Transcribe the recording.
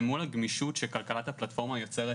מול הגמישות שכלכלת הפלטפורמה יוצרת